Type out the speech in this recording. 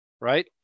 right